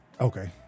Okay